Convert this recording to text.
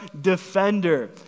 defender